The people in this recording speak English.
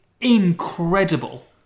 incredible